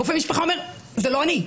רופא משפחה אומר: זה לא אני.